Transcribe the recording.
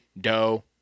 doe